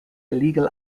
illegal